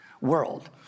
world